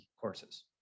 courses